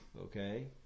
Okay